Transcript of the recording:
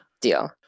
deal